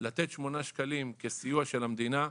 לתת שמונה שקלים כסיוע של המדינה,